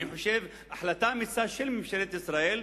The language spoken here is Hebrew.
אני חושב שהחלטה אמיצה של ממשלת ישראל,